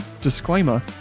disclaimer